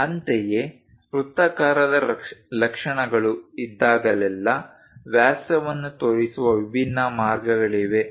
ಅಂತೆಯೇ ವೃತ್ತಾಕಾರದ ಲಕ್ಷಣಗಳು ಇದ್ದಾಗಲೆಲ್ಲಾ ವ್ಯಾಸವನ್ನು ತೋರಿಸುವ ವಿಭಿನ್ನ ಮಾರ್ಗಗಳಿವೆ